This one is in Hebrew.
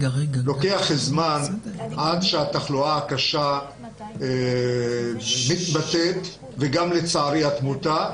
לוקח זמן עד שהתחלואה הקשה מתבטאת ולצערי גם התמותה.